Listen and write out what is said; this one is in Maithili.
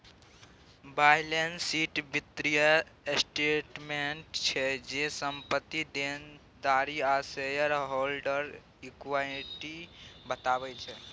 बैलेंस सीट बित्तीय स्टेटमेंट छै जे, संपत्ति, देनदारी आ शेयर हॉल्डरक इक्विटी बताबै छै